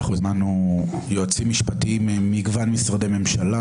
אנחנו הזמנו יועצים משפטיים ממגוון משרדי ממשלה